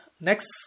next